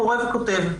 קורא וכותב.